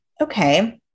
okay